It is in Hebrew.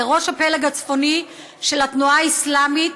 ראש הפלג הצפוני של התנועה האסלאמית,